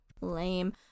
Lame